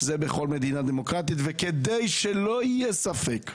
שכך זה בכל מדינה דמוקרטית וכדי שלא יהיה ספק,